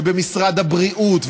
במשרד הבריאות,